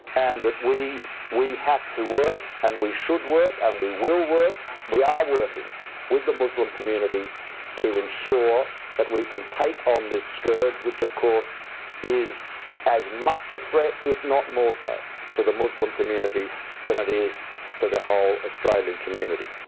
and that we we have to work and we should work and we will work and we are working with the muslim community to ensure that we can take on this scourge, which of course is is as much a threat if not more so to the muslim community than it is to the whole australian community.